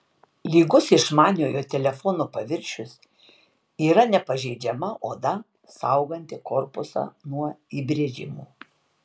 lygus išmaniojo telefono paviršius yra nepažeidžiama oda sauganti korpusą nuo įbrėžimų